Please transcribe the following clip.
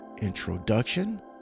introduction